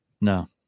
No